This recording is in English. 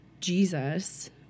Jesus